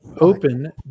Open